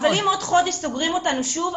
אבל אם עוד חודש סוגרים אותנו שוב,